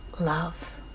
love